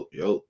yo